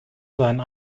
seinen